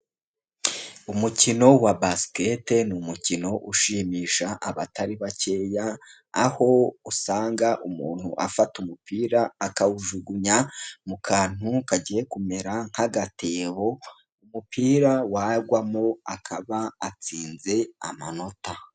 Umukino wa basiketi ni umukino ushimisha abatari bakeya, aho usanga umuntu afata umupira akawujugunya mu kantu kagiye kumera nk'agatebo, umupira wagwamo akaba atsinze amanota.